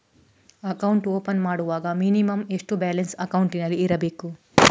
Account open ಮಾಡುವಾಗ minimum ಎಷ್ಟು balance ಅಕೌಂಟಿನಲ್ಲಿ ಇರಬೇಕು?